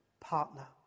partner